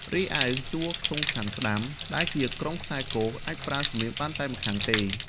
រីឯជួរខ្ទង់ខាងស្ដាំ ដែលជា ក្រុមខ្សែគ អាចប្រើសំនៀងបានតែម្ខាងទេ។